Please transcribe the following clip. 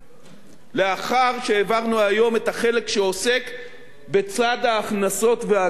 לאחר שהעברנו היום את החלק שעוסק בצד ההכנסות והגירעון,